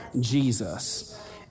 Jesus